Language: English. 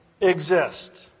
exist